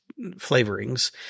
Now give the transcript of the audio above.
flavorings